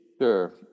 Sure